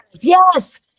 Yes